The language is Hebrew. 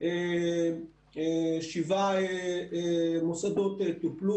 שבעה מוסדות טופלו,